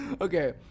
Okay